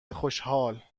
خوشحال